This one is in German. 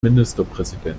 ministerpräsident